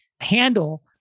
handle